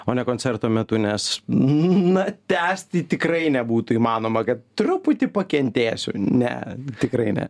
o ne koncerto metu nes na tęsti tikrai nebūtų įmanoma kad truputį pakentėsiu ne tikrai ne